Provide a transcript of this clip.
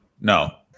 No